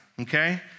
okay